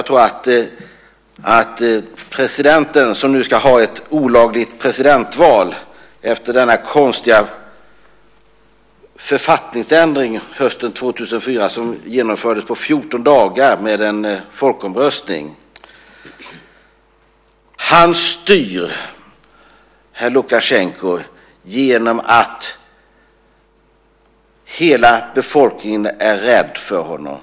Nu ska presidenten ha ett olagligt presidentval efter den konstiga författningsändring hösten 2004 som genomfördes på 14 dagar genom en folkomröstning. Herr Lukasjenko styr genom att hela befolkningen är rädd för honom.